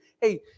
hey